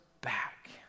back